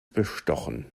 bestochen